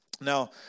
Now